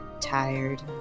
tired